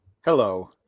Hello